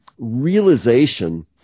realization